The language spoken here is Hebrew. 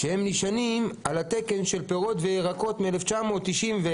הם נשענים על התקן של פירות וירקות מ-1991,